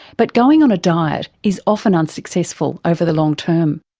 but going on a diet is often unsuccessful over the long term.